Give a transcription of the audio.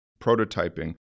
prototyping